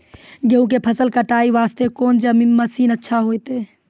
गेहूँ के फसल कटाई वास्ते कोंन मसीन अच्छा होइतै?